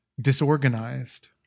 disorganized